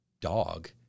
dog